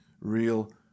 Real